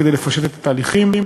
כדי לפשט את התהליכים.